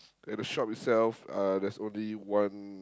and the shop itself uh there's only one